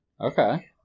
okay